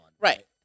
Right